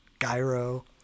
gyro